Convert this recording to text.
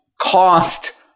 cost